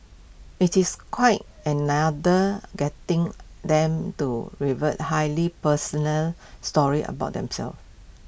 IT is quite another getting them to reveal highly personal stories about themselves